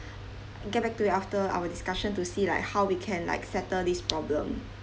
get back to you after our discussion to see like how we can like settle this problem